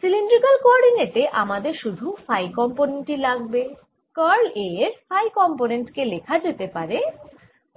cylindrical কোঅরডিনেটে আমাদের শুধু ফাই কম্পোনেন্ট টি লাগবে কার্ল A এর ফাই কম্পোনেন্ট কে লেখা যেতে পারে